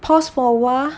pause for awhile